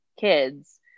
kids